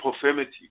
profanity